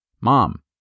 Mom